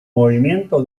movimiento